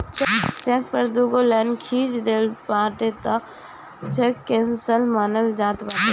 check पअ दुगो line खिंच देबअ तअ उ चेक केंसल मानल जात बाटे